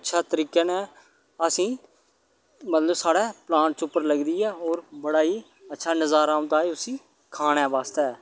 अच्छे तरीके ने असें ई मतलब साढ़े प्लांट च उप्पर लगदी ऐ होर बड़ा ई अच्छा नज़ारा औंदा ऐ उसी खाने बास्तै